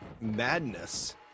madness